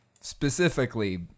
specifically